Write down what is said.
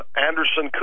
Anderson